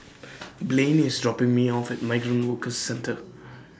Blaine IS dropping Me off At Migrant Workers Centre